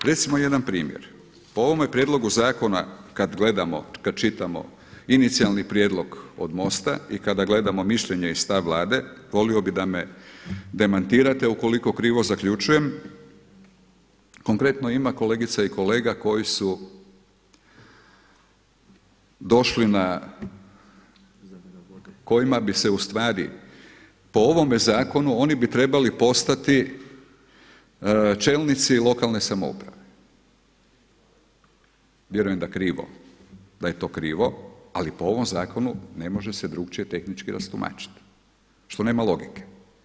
Recimo jedan primjer, po ovome prijedlogu zakona kada gledamo kad čitamo inicijalni prijedlog od MOST-a i kada gledamo mišljenje i stav Vlade, volio bih da me demantirate ukoliko krivo zaključujem, konkretno ima kolegica i kolega koji su došli na kojima bi se ustvari po ovome zakonu oni bi trebali postati čelnici lokalne samouprave, vjerujem da je to krivo, ali po ovom zakonu ne može se drukčije tehnički rastumačiti, što nema logike.